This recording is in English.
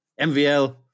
MVL